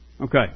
Okay